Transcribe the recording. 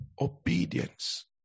obedience